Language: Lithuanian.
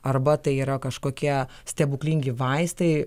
arba tai yra kažkokie stebuklingi vaistai